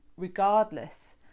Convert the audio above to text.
regardless